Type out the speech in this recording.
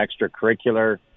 extracurricular